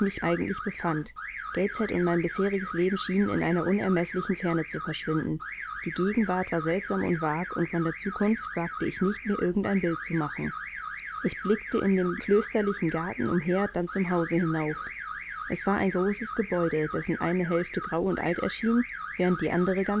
mich eigentlich befand gateshead und mein bisheriges leben schienen in einer unermeßlichen ferne zu verschwinden die gegenwart war seltsam und vag und von der zukunft wagte ich nicht mir irgend ein bild zu machen ich blickte in dem klösterlichen garten umher dann zum hause hinauf es war ein großes gebäude dessen eine hälfte grau und alt erschien während die andere